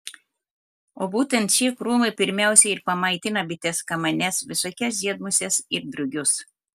o būtent šie krūmai pirmiausia ir pamaitina bites kamanes visokias žiedmuses ir drugius